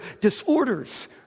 disorders